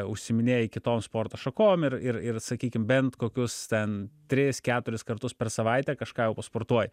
užsiiminėji kitom sporto šakom ir ir ir sakykim bent kokius ten tris keturis kartus per savaitę kažką jau pasportuoji